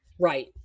right